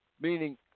meaning